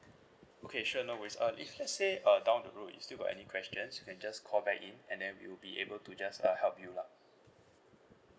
okay sure no worries uh if let's say uh down the road you still got any questions you can just call back in and then we will be able to just uh help you lah